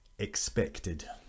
Expected